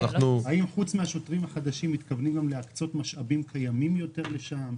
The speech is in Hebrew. האם חוץ מהשוטרים החדשים מתכוונים גם להקצות משאבים קיימים יותר לשם?